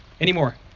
anymore